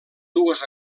dues